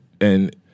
and-